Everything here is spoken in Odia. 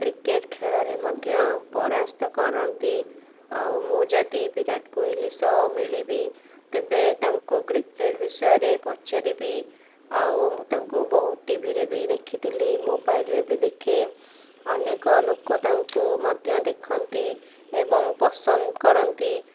କ୍ରିକେଟ୍ ଖେଳରେ ମଧ୍ୟ ପରାସ୍ତ କରନ୍ତି ଆଉ ମୁଁ ଯଦି ବିରାଟ କୋହଲି ସହ ମିଳିବି ତେବେ ତାଙ୍କୁ କ୍ରିକେଟ୍ ବିଷୟରେ ପଚାରିବି ଆଉ ମୁଁ ତାଙ୍କୁ ବହୁ ଟିଭିରେ ବି ଦେଖିଥିଲି ମୋବାଇଲ୍ରେ ବି ଦେଖେ ଅନେକ ଲୋକ ମଧ୍ୟ ତାଙ୍କୁ ଦେଖନ୍ତି ଏବଂ ପସନ୍ଦ କରନ୍ତି